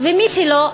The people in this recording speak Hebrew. ומי שלא,